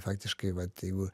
faktiškai vat jeigu